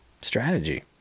strategy